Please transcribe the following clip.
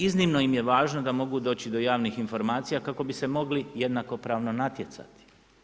Iznimno im je važno da mogu doći do javnih informacija kako bi se mogli jednakopravno natjecati.